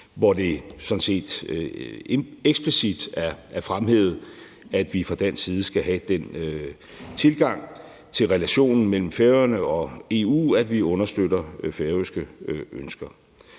sådan set eksplicit er fremhævet, at vi fra dansk side skal have den tilgang til relationen mellem Færøerne og EU, at vi understøtter færøske ønsker.